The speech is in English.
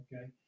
Okay